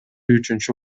үчүнчү